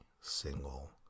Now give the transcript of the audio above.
Single